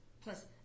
plus